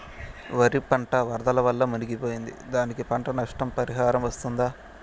వరి పంట వరదల వల్ల మునిగి పోయింది, దానికి పంట నష్ట పరిహారం వస్తుందా?